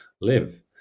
live